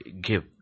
give